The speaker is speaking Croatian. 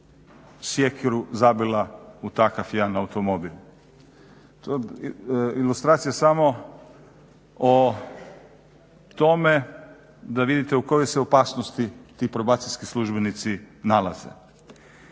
sjekiru zabila u takav jedan automobil. Ilustracije samo o tome da vidite u kojoj se opasnosti ti probacijski službenici nalaze.